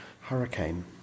hurricane